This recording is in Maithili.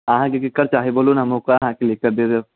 अहाँकेँ केकर चाही बोलु ने हम ओकर अहाँकेँ लिखके दै देब